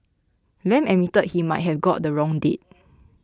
Lam admitted he might have got the wrong date